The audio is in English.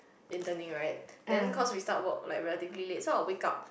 interning right then cause we start work like relatively late so I'll wake up